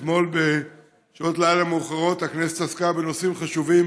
אתמול בשעות לילה מאוחרות הכנסת עסקה בנושאים חשובים,